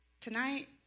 Tonight